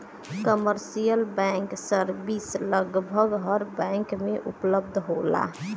commercial banking service लगभग हर bank में उपलब्ध होला